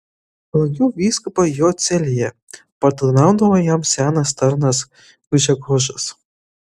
lankiau vyskupą jo celėje patarnaudavo jam senas tarnas gžegožas